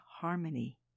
harmony